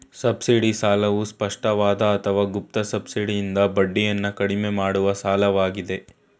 subsidy ಸಾಲವು ಸ್ಪಷ್ಟವಾದ ಅಥವಾ ಗುಪ್ತ ಸಬ್ಸಿಡಿಯಿಂದ ಬಡ್ಡಿಯನ್ನ ಕಡಿಮೆ ಮಾಡುವ ಸಾಲವಾಗಿದೆ